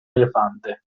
elefante